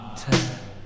time